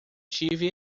tive